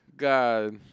God